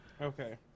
Okay